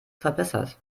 verbessert